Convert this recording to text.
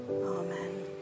Amen